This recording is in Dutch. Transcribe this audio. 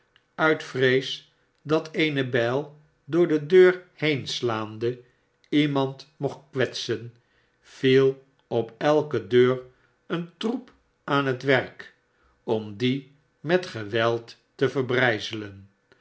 uit vrees dat eene bijl door de deur heen slaande iemand mocht kwetsen viel op elke deur een troep aan het werk om die met geweld te